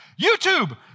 YouTube